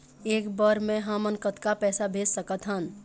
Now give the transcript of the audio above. एक बर मे हमन कतका पैसा भेज सकत हन?